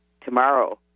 tomorrow